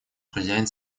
хозяин